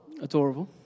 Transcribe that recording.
adorable